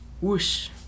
whoosh